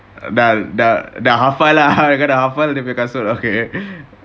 dah dah hafal lah kau dah hafal lah dia punya kasut